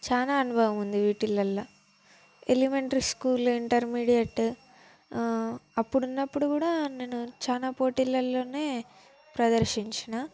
చాలా అనుభవం ఉంది వీటిలల్లో ఎలిమెంటరీ స్కూల్ ఇంటర్మీడియట్ అప్పుడున్నప్పుడు కూడా నేను చాలా పోటీలల్లోనే ప్రదర్శించాను